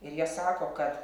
ir jie sako kad